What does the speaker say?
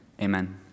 amen